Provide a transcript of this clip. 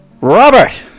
Robert